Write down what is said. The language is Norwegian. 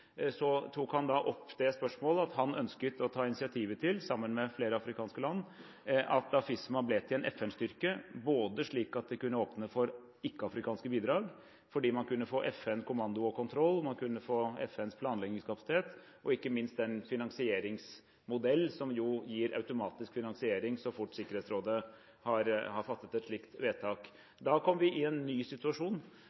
tok han opp at han ønsket å ta initiativet til, sammen med flere afrikanske land, at AFISMA ble til en FN-styrke. Det kunne åpne for ikke-afrikanske bidrag fordi man kunne få FN-kommando og -kontroll, man kunne få FNs planleggingskapasitet og ikke minst den finansieringsmodell som gir automatisk finansiering så fort Sikkerhetsrådet har fattet et slikt vedtak.